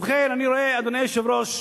ובכן, אני רואה, אדוני היושב-ראש,